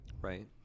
right